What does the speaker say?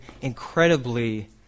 incredibly